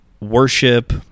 Worship